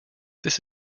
this